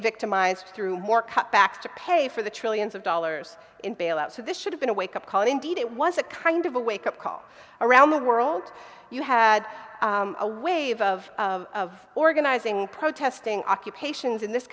victimized through more cutbacks to pay for the trillions of dollars in bailouts so this should have been a wake up call indeed it was a kind of a wake up call around the world you had a wave of of organizing protesting occupations in this